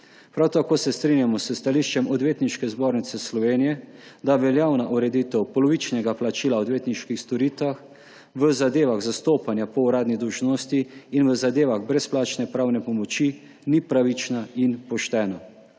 Prav tako se strinjamo s stališčem Odvetniške zbornice Slovenije, da veljavna ureditev polovičnega plačila odvetniških storitev v zadevah zastopanja po uradni dolžnosti in v zadevah brezplačne pravne pomoči ni pravična in poštena.